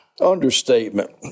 understatement